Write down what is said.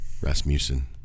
Rasmussen